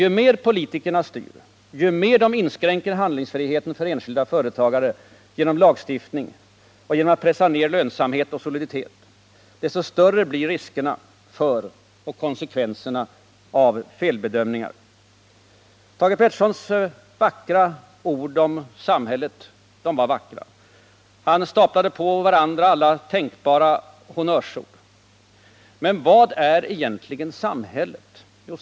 Ju mer politikerna styr och ju mer de inskränker handlingsfriheten för enskilda företagare — genom lagstiftning och genom att pressa ner lönsamhet och soliditet — desto större blir riskerna för och konskvenserna av felbedömningar. Thage Petersons många ord om ”samhället” var verkligen vackra. Han staplade på varandra alla tänkbara honnörsord. Men vad är egentligen samhället?